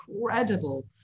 incredible